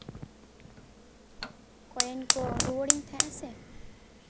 ᱠᱚᱭᱮᱱ ᱠᱚ ᱨᱩᱣᱟᱹᱲᱤᱧ ᱛᱟᱦᱮᱸᱜᱼᱟ ᱥᱮ